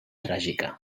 tràgica